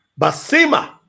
basima